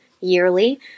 yearly